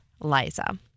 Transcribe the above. Liza